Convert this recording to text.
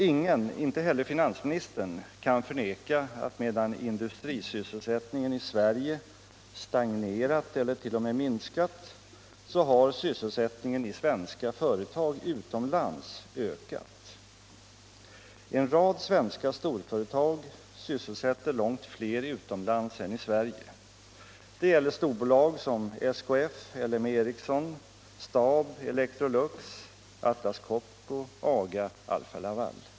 Ingen, inte heller finansministern, kan förneka att medan industrisysselsättningen i Sverige stagnerat eller t.o.m. minskat så har sysselsättningen i svenska företag utomlands ökat. En rad svenska storföretag sysselsätter långt fler utomlands än i Sverige. Det gäller storföretag som SKF, L M Ericsson, STAB, Electrolux, Atlas Copco, AGA och Alfa Laval.